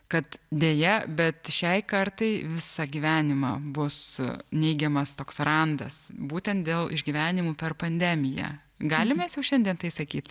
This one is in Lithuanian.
kad deja bet šiai kartai visą gyvenimą bus neigiamas toks randas būtent dėl išgyvenimų per pandemiją galim mes jau šiandien tai sakyt